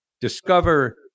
Discover